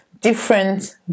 different